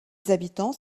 habitants